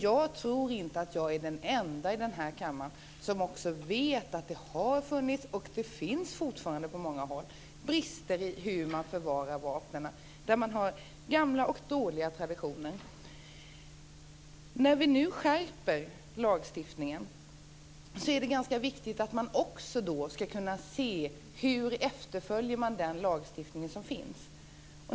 Jag tror inte att jag är den enda i den här kammaren som vet att det har funnits, och finns fortfarande på många håll, brister i hur man förvarar vapnen. Det finns exempel där man har gamla och dåliga traditioner. När vi nu skärper lagstiftningen är det ganska viktigt att också kunna se hur man följer den lagstiftning som finns.